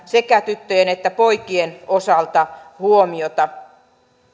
sekä tyttöjen että poikien osalta huomiota